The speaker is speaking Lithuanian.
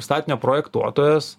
statinio projektuotojas